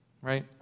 right